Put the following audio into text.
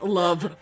love